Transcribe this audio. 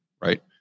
right